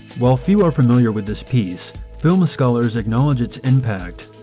while few are familiar with this piece, film scholars acknowledge its impact